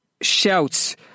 shouts